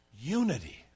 unity